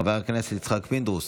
חבר הכנסת יצחק פינדרוס,